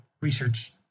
research